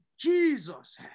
Jesus